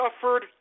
suffered